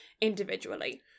individually